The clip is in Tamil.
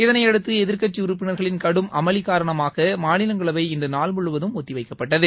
இதனையடுத்து எதிர்க்கட்சி உறுப்பினர்களின் கடும் அமளி காரணமாக மாநிலங்களவை இன்று நாள் முழுவதும் ஒத்திவைக்கப்பட்டது